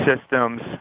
systems